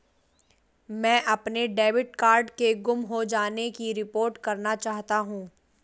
मैं अपने debit card के गुम हो जाने की रिपोर्ट करना चाहता हूँ